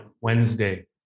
Wednesday